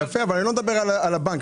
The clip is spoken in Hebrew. אבל אני לא מדבר על הבנק.